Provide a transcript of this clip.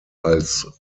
als